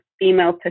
female